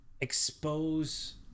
expose